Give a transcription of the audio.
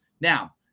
Now